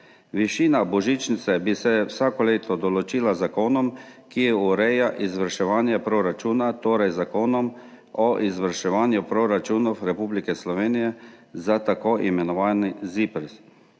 Višina božičnice bi se vsako leto določila z zakonom, ki ureja izvrševanje proračuna, torej z zakonom o izvrševanju proračunov Republike Slovenije, za tako imenovani ZIPRS.